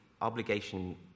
obligation